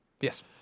Yes